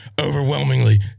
overwhelmingly